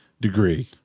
degree